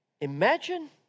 imagine